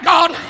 God